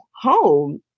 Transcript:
home